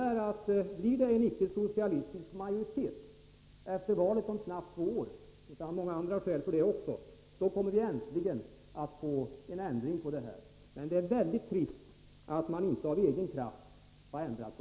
Om det blir en icke-socialistisk majoritet efter valet om knappt två år — och det finns också många andra skäl för det — kommer vi äntligen att få en ändring på denna punkt.